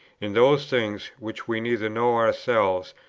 in those things, which we neither know ourselves,